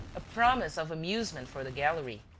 a promise of amusement for the gallery.